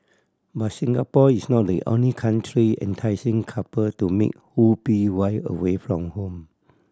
but Singapore is not the only country enticing couple to make whoopee while away from home